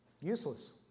Useless